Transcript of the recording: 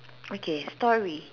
okay story